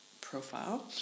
profile